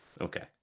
Okay